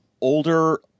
older